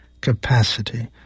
capacity